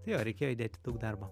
tai jo reikėjo įdėti daug darbo